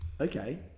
Okay